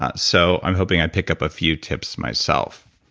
ah so i'm hoping i pick up a few tips myself.